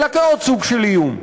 אלא כאל עוד סוג של איום.